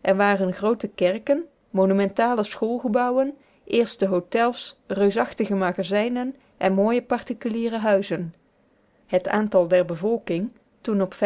er waren groote kerken monumentale schoolgebouwen eerste hôtels reusachtige magazijnen en mooie particuliere huizen het aantal der bevolking toen op